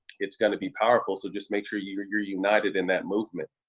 it's gonna be powerful. so just make sure you're you're united in that movement.